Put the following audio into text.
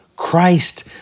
Christ